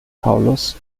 paulus